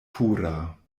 pura